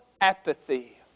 apathy